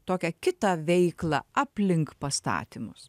tokią kitą veiklą aplink pastatymus